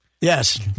Yes